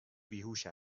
بیهوش